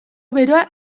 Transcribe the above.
beroa